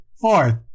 fourth